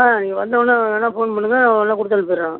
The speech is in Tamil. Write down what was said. ஆ நீங்கள் வந்தவொடன்னே வேணால் ஃபோன் பண்ணுங்க வேணால் கொடுத்து அனுப்பிடறேன்